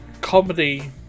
comedy